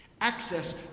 access